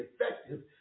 effective